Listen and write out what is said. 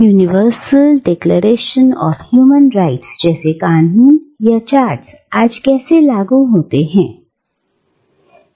universal declaration of human rights जैसे कानून या चार्टर्स आज कैसे लागू होते हैं